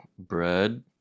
Bread